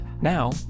Now